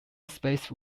space